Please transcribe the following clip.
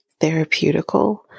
therapeutical